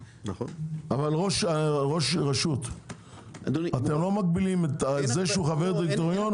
אבל ראש רשות אתם לא מגבילים את זה שהוא חבר דירקטוריון,